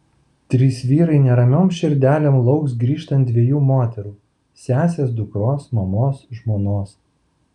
trys vyrai neramiom širdelėm lauks grįžtant dviejų moterų sesės dukros mamos žmonos